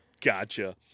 Gotcha